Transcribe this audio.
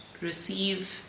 Receive